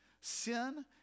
Sin